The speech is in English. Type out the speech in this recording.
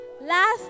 Last